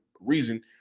reason